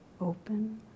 Open